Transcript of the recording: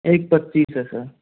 एक पच्चीस है सर